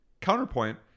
counterpoint